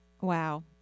Wow